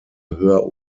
hör